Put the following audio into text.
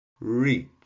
reach